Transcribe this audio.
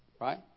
Right